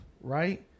Right